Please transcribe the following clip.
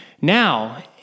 Now